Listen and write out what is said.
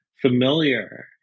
familiar